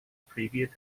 previous